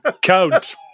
Count